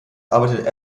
arbeitete